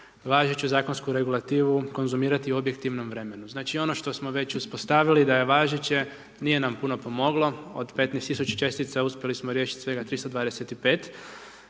važeću zakonsku regulativu konzumirati u objektivnom vremenu. Znači ono što smo već uspostavili da je važeće, nije nam puno pomoglo, od 15000 čestica, uspjeli smo riješiti svega 325,